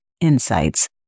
insights